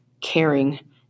caring